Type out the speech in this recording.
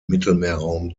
mittelmeerraum